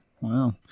Wow